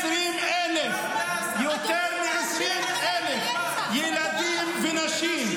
יותר מ-20,000 ילדים ונשים.